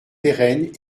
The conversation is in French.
pérenne